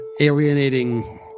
alienating